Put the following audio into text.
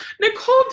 Nicole